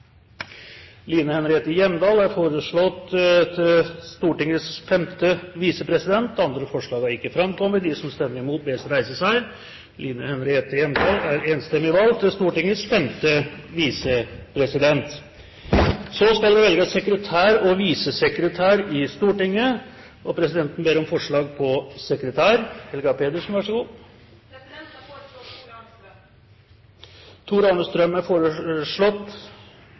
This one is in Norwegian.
Line Henriette Hjemdal. Line Henriette Hjemdal er foreslått valgt til Stortingets femte visepresident. – Andre forslag foreligger ikke. Det skal så velges sekretær og visesekretær i Stortinget. Presidenten ber om forslag på sekretær. Jeg foreslår Tor-Arne Strøm. Tor-Arne Strøm er foreslått